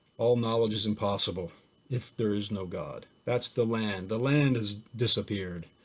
all knowledge is impossible if there is no god. that's the land, the land is disappeared,